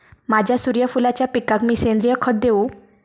माझ्या सूर्यफुलाच्या पिकाक मी सेंद्रिय खत देवू?